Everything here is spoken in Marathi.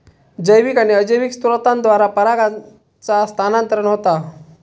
जैविक आणि अजैविक स्त्रोतांद्वारा परागांचा स्थानांतरण होता